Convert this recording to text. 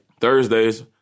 Thursdays